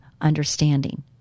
understanding